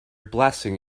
blessing